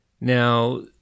now